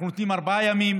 אנחנו נותנים ארבעה ימים,